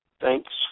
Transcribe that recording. Thanks